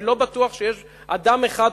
אני לא בטוח שיש אדם אחד,